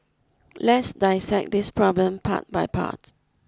let's dissect this problem part by part